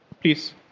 Please